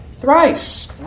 thrice